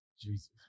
Jesus